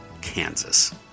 Kansas